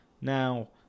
now